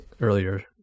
earlier